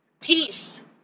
peace